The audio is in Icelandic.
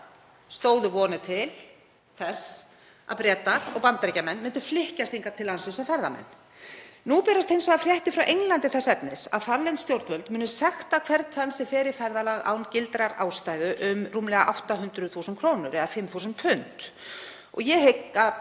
stóðu vonir til þess að Bretar og Bandaríkjamenn myndu flykkjast hingað til landsins sem ferðamenn. Nú berast hins vegar fréttir frá Englandi þess efnis að þarlend stjórnvöld muni sekta hvern þann sem fer í ferðalag án gildrar ástæðu um rúmlega 800.000 kr. eða 5.000 pund. Ég hygg að